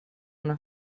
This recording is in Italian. una